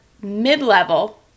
mid-level